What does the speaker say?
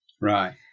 Right